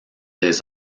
des